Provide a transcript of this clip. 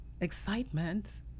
excitement